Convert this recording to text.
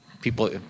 people –